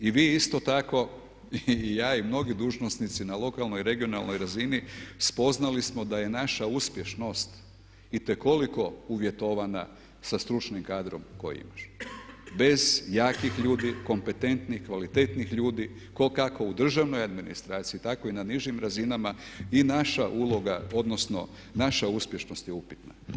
A i vi isto tako i mnogi dužnosnici na lokalnoj i regionalnoj razini spoznali smo da je naša uspješnost itekako uvjetovana sa stručnim kadrom koji … Bez jakih ljudi, kompetentnih, kvalitetnih ljudi tko kako u državnoj administraciji, tako i na nižim razinama i naša uloga, odnosno naša uspješnost je upitna.